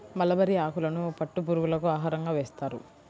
mulberry ఆకులను పట్టు పురుగులకు ఆహారంగా వేస్తారు